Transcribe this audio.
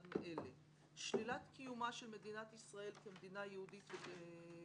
מאלה: שלילת קיומה של מדינת ישראל כמדינה יהודית ודמוקרטית,